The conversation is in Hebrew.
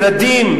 ילדים,